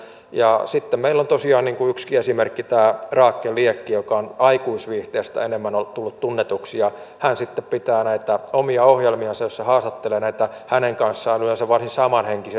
ja sitten meillä on tosiaan yksi esimerkki tämä rakel liekki joka on enemmän tullut tunnetuksi aikuisviihteestä ja hän sitten pitää näitä omia ohjelmiansa joissa hän haastattelee näitä hänen kanssaan yleensä varsin samanhenkisiä ihmisiä